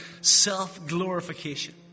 self-glorification